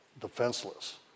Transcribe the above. defenseless